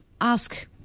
ask